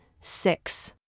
six